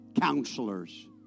counselors